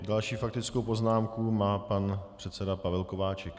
Další faktickou poznámku má pan předseda Pavel Kováčik.